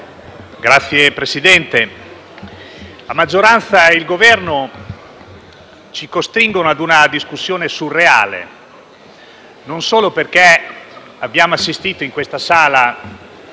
Signor Presidente, la maggioranza e il Governo ci costringono a una discussione surreale non soltanto perché abbiamo assistito in quest'Aula